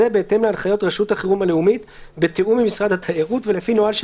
שלום לכולם,